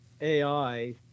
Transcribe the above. AI